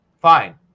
Fine